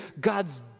God's